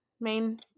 main